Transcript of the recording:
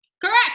Correct